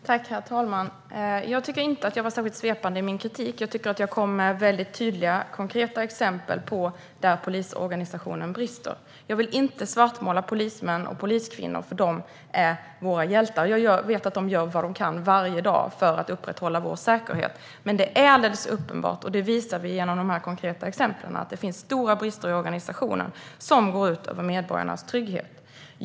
Herr talman! Jag tycker inte att jag var särskilt svepande i min kritik utan kom med tydliga och konkreta exempel på sådant där polisorganisationen brister. Jag vill inte svartmåla poliserna, för de är våra hjältar. Jag vet att de varenda dag gör vad de kan för att upprätthålla vår säkerhet. Det är dock alldeles uppenbart att det finns stora brister i organisationen, vilket jag visade med konkreta exempel. Dessa brister går ut över medborgarnas trygghet.